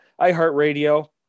iHeartRadio